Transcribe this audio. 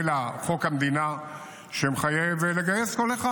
אלא חוק המדינה שמחייב לגייס כל אחד.